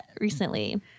recently